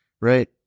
right